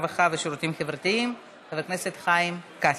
הרווחה והשירותים החברתיים חבר הכנסת חיים כץ.